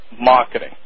marketing